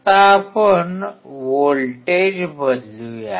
आता आपण व्होल्टेज बदलूया